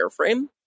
airframe